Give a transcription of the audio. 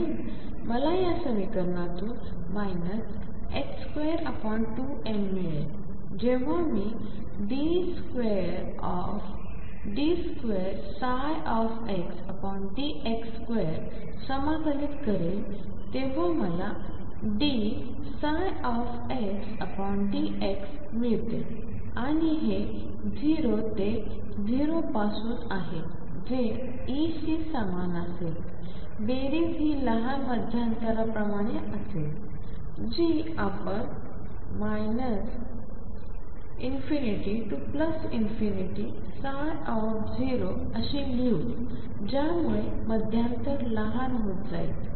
म्हणूनमला या समीकरणातून 22mमिळेल जेव्हा मीd2xdx2 समाकलित करेल तेव्हा मला dψxdxमिळते आणि हे 0 ते 0 पासून आहे जे E शी समान असेल बेरीज हि लहान मध्यंतराप्रमाणे असेल जी आपण 0 0 अशी लिहू ज्यामुळे मध्यंतर लहान होत जाईल